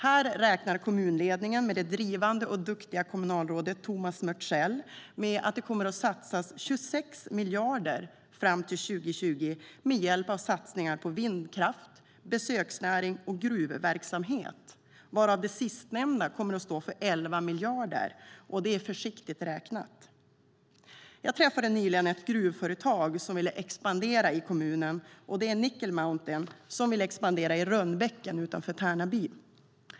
Här räknar kommunledningen, med det drivande och duktiga kommunalrådet Tomas Mörtsell, med att det kommer att satsas 26 miljarder fram till 2020 på vindkraft, besöksnäring och gruvverksamhet, varav det sistnämnda kommer att stå för 11 miljarder. Detta är försiktigt räknat. Jag träffade nyligen ett gruvföretag som vill expandera i kommunen. Det är Nickel Mountain som vill expandera i Rönnbäcken utanför Tärnaby.